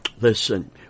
listen